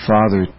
Father